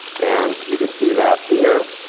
and you can see that here.